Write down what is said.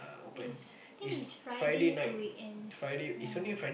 it's I think it's Friday to weekends ya